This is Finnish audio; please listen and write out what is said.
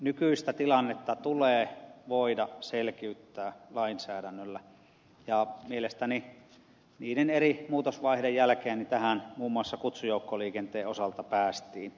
nykyistä tilannetta tulee voida selkiyttää lainsäädännöllä ja mielestäni niiden eri muutosvaiheiden jälkeen tähän muun muassa kutsujoukkoliikenteen osalta päästiin